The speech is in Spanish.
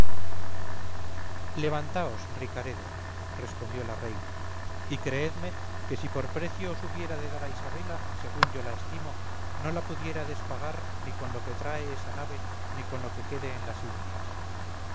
levantaos ricaredo respondió la reina y creedme que si por precio os hubiera de dar a isabela según yo la estimo no la pudiérades pagar ni con lo que trae esa nave ni con lo que quede en las indias